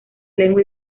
lengua